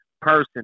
person